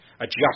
adjust